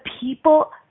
people